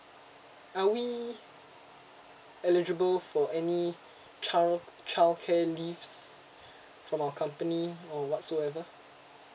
are we eligible for any child childcare leaves from our company or whatsoever